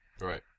Right